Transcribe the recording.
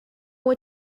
what